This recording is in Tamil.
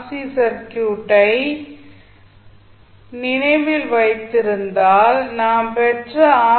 சி சர்க்யூட்டை நினைவில் வைத்திருந்தால் நாம் பெற்ற ஆர்